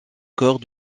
corps